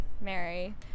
Mary